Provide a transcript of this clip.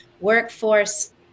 workforce